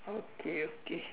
okay okay